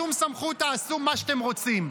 שאתם כותבים בחוות הדעת לבין מה שאתם מנסים לטעון.